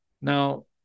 Now